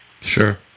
Sure